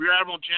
Admiral